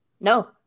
no